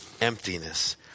emptiness